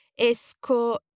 esco